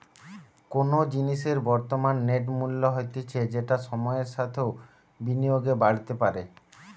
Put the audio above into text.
কোনো জিনিসের বর্তমান নেট মূল্য হতিছে যেটা সময়ের সাথেও বিনিয়োগে বাড়তে পারে